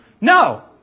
No